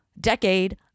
decade